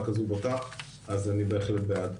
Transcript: אז אני בהחלט בעד.